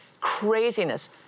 Craziness